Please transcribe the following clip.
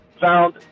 found